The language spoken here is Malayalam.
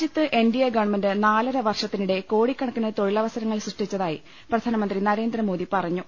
രാജ്യത്ത് എൻ ഡി എ ഗവൺമെന്റ് നാലര വർഷത്തിനിടെ കോടിക്കണ ക്കിന് തൊഴിലവസരങ്ങൾ സൃഷ്ടിച്ചതായി പ്രധാനമന്ത്രി നരേന്ദ്രമോദി പറഞ്ഞു